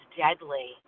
deadly